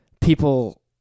people